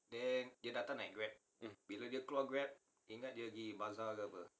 mm